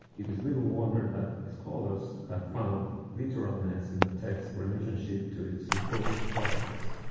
it is little wonder that scholars have found literalness in the text relationship to its supposed provenance.